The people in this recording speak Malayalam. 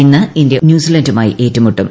ഇന്ന് ഇന്ത്യ ന്യൂസിലന്റുമായി ഏറ്റുമുട്ടും